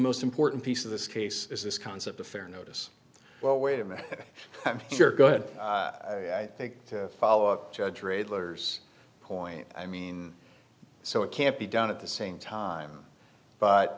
most important piece of this case is this concept of fair notice well wait a minute you're good i think to follow up judge regulars point i mean so it can't be done at the same time but